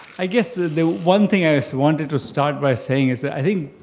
i guess ah the one thing i so wanted to start by saying is that i think